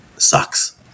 sucks